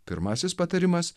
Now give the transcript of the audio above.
pirmasis patarimas